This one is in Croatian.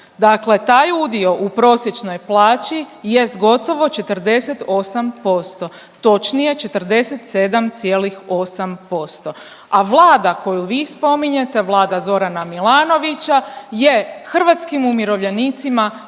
Dakle, taj udio u prosječnoj plaći jest gotovo 48%. Točnije 47,8%, a vlada koju vi spominjete vlada Zorana Milanovića je hrvatskim umirovljenicima